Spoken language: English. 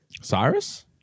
Cyrus